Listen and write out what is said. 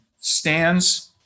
stands